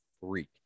freak